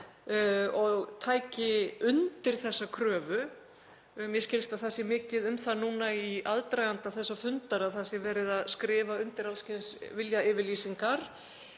og taki undir þessa kröfu. Mér skilst að það sé mikið um það núna í aðdraganda þessa fundar að það sé verið að skrifa undir alls kyns viljayfirlýsingar.